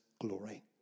glory